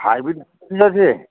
hybrid বীজ আছে